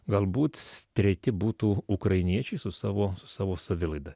galbūt treti būtų ukrainiečiai su savo su savo savilaida